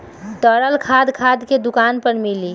तरल खाद खाद के दुकान पर मिली